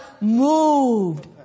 moved